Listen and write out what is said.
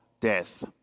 death